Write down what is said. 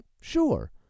Sure